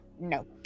No